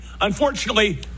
unfortunately